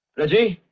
reggie!